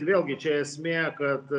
vėlgi čia esmė kad